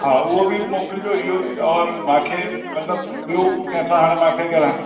हा उहो बि मोकिलजो इहो औरि मूंखे मतिलबु ॿियो कंहिंसां हाणे मूंखे ॻाल्हाए